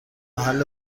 محل